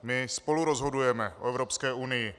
My spolurozhodujeme o Evropské unii.